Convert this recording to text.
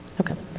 okay.